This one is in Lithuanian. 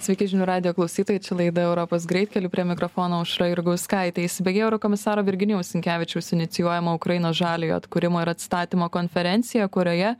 sveiki žinių radijo klausytojai čia laida europos greitkeliu prie mikrofono aušra jurgauskaitė įsibėgėjo eurokomisaro virginijaus sinkevičiaus inicijuojama ukrainos žaliojo atkūrimo ir atstatymo konferencija kurioje